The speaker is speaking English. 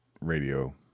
radio